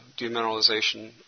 demineralization